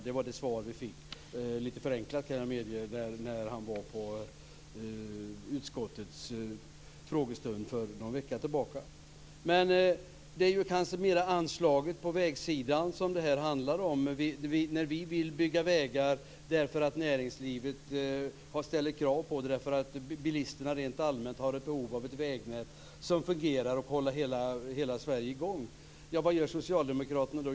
Det var det svar som vi fick - lite förenklat, det kan jag medge - när Vägverkets generaldirektör deltog i utskottets utfrågning för någon vecka sedan. Det här handlar kanske mera om anslaget på vägsidan. Vi vill bygga vägar, därför att näringslivet ställer sådana krav, därför att bilisterna rent allmänt har behov av ett vägnät som fungerar och håller hela Sverige i gång. Vad gör socialdemokraterna då?